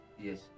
Yes